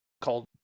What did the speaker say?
called